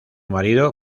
marido